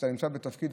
כשאתה נמצא בתפקיד,